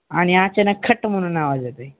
आणि अचानक खट्ट म्हणून आवाज येत आहे